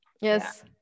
yes